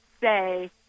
say